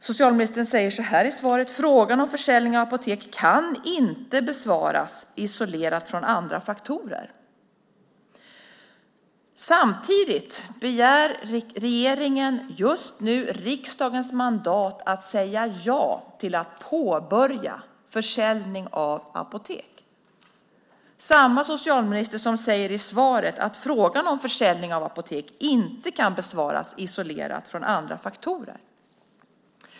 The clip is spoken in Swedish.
Socialministern säger så här i svaret: "Frågan om försäljning av apotek kan inte besvaras isolerat från andra faktorer." Samtidigt begär regeringen just nu riksdagens mandat att säga ja till att påbörja försäljning av apotek. Det är samma socialminister som i svaret säger att frågan om försäljning av apotek inte kan besvaras isolerat från andra faktorer.